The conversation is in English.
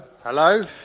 Hello